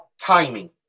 timing